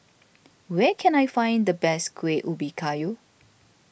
where can I find the best Kuih Ubi Kayu